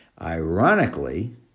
Ironically